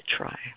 try